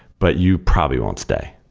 but you probably won't stay,